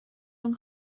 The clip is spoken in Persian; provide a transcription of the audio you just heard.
اون